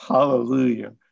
Hallelujah